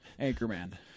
Anchorman